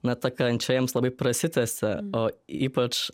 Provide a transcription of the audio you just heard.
na ta kančia jiems labai prasitęsia o ypač